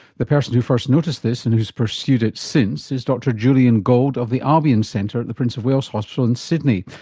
the person who first noticed this and who's pursued it since is dr julian gold of the albion centre at the prince of wales hospital in sydney.